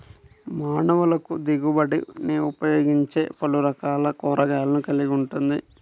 మానవులకుదిగుబడినిఉపయోగించేపలురకాల కూరగాయలను కలిగి ఉంటుంది